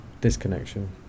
disconnection